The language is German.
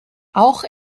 auch